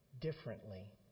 differently